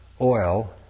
oil